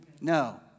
No